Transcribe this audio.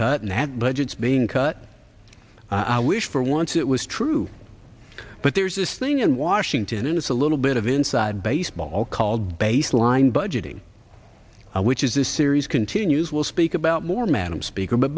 cutting had budgets being cut i wish for once it was true but there's this thing in washington and it's a little bit of inside baseball called baseline budgeting which is this series continues we'll speak about more madam speaker